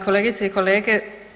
Kolegice i kolege.